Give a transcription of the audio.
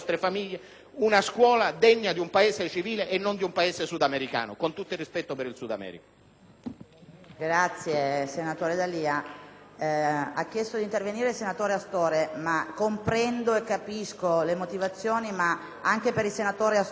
una scuola degna di un Paese civile e non sudamericano, con tutto il rispetto per il Sud America.